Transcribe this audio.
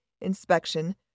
inspection